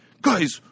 guys